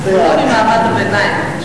הוא לא ממעמד הביניים.